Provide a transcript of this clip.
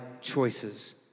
choices